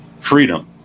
freedom